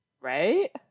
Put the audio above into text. right